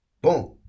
boom